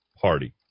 party